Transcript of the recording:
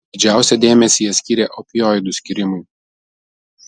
didžiausią dėmesį jie skyrė opioidų skyrimui